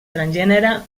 transgènere